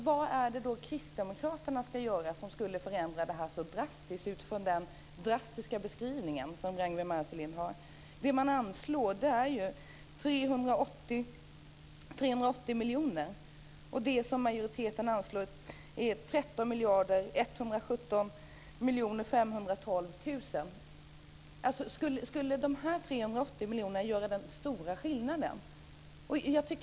Vad ska kristdemokraterna göra som ska förändra detta så drastiskt utifrån den drastiska beskrivning Ragnwi Marcelind har? Det som anslås är 380 miljoner kronor. Majoriteten anslår 13 117 512 000 kr. Skulle de 380 miljonerna göra den stora skillnaden?